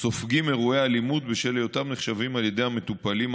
סליחה, האירוע הוא סגור, מאיזשהו תירוץ דחוק,